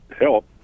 help